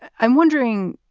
i'm wondering,